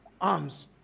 arms